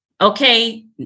Okay